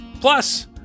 Plus